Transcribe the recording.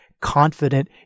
confident